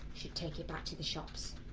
should take it back to the shops.